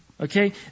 Okay